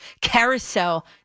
carousel